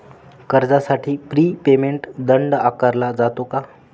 कर्जासाठी prepayment दंड आकारला जातो का?